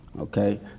okay